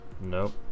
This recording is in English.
Nope